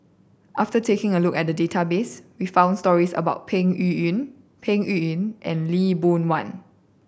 after taking a look at the database we found stories about Peng Yuyun Peng Yuyun and Lee Boon Wang